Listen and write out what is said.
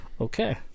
Okay